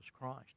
Christ